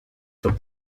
for